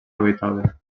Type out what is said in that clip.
habitava